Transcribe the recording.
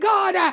God